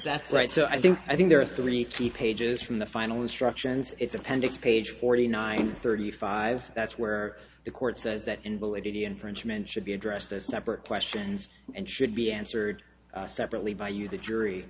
that's right so i think i think there are three key pages from the final instructions it's appendix page forty nine thirty five that's where the court says that invalidity infringement should be addressed as separate questions and should be answered separately by you the jury